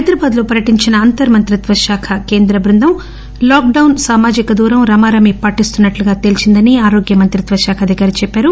హైదరాబాద్లో పర్యటించిన అంతర్ మంత్రిత్వ శాఖ కేంద్ర బృందం లాక్లౌన్ సామాజిక దూరం రమారమి పాటిస్తున్నట్లు తేల్చిందని ఆరోగ్యమంత్రిత్వ శాఖ అధికారి చెప్పారు